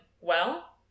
Well